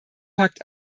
packt